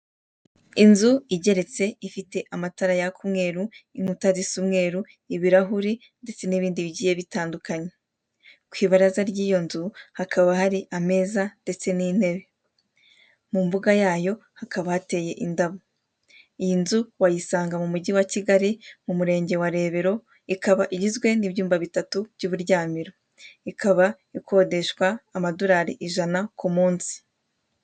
Inzu igeretse ifite amatara yaka umweru n'inkuta zisa umweru, ibirahuri ndetse n'ibindi bigiye bitandukanye. Ku ibaraza ry'iyo nzu hakaba hari ameza ndetse n'intebe. Mu mbuga yayo hakaba hateye indabo. Iyi nzu wayisanga mu mujyi wa Kigali, mu murenge wa Rebero, ikaba igizwe n'ibyumba bitatu by'uburyamiro. Ikaba ikodeshwa amadorari ijana ku munsi.